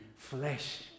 Flesh